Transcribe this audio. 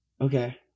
Okay